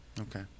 Okay